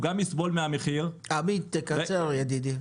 שגם יסבול מהמחיר --- עמית ידידי,